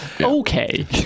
Okay